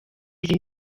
izi